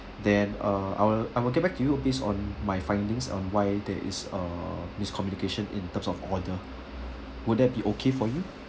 then uh I will I will get back to you based on my findings on why there is a miscommunication in terms of order would that be okay for you